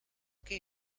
que